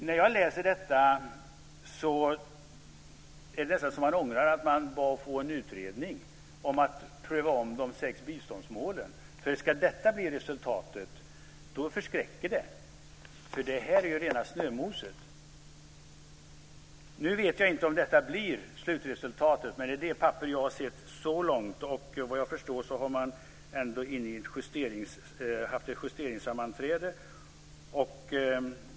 När jag läser detta är det nästan så att jag ångrar att vi bad att få en utredning för att ompröva de sex biståndsmålen. Ska detta bli resultatet förskräcker det. Det här är ju rena snömoset. Nu vet jag inte om detta blir slutresultatet, men så såg det ut i det dokument jag har sett. Vad jag förstår har man haft ett justeringssammanträde.